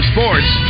Sports